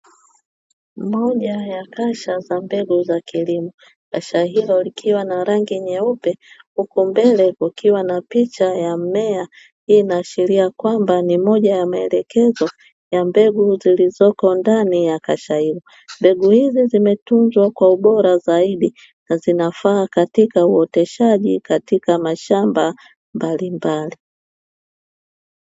Moja ya kasha za mbegu za kilimo, kasha hilo likiwa na rangi nyeupe huku mbele kukiwa na picha ya mmea hii inaashiria kwamba ni moja ya maelekezo ya mbegu zilizoko ndani ya kasha hilo. Mbegu hizi zimetunzwa kwa ubora zaidi na zinafaa katika uoteshaji katika mashamba mbalimbali.